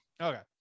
Okay